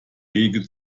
wege